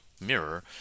mirror